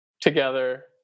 together